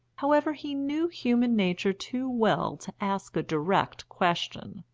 however, he knew human nature too well to ask a direct question.